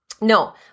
No